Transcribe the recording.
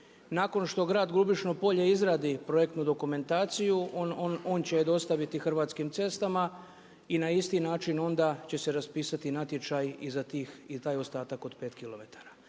Nakon što grad Grubišno Polje izradi projektnu dokumentaciju on će je dostaviti Hrvatskim cestama i na isti način onda će se raspisati natječaj i za tih, taj ostatak od 5 km.